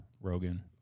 Rogan